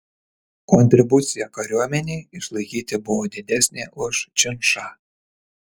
kontribucija kariuomenei išlaikyti buvo didesnė už činšą